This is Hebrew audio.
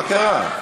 מה קרה?